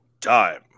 time